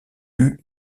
eut